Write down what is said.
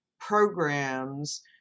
programs